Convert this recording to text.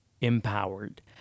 empowered